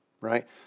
right